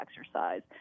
exercise